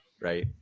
right